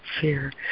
fear